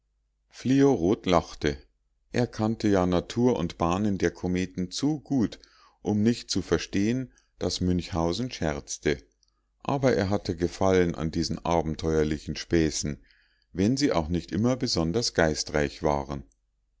fliorot lachte er kannte ja natur und bahnen der kometen zu gut um nicht zu verstehen daß münchhausen scherzte aber er hatte gefallen an diesen abenteuerlichen späßen wenn sie auch nicht immer besonders geistreich waren